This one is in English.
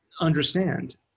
understand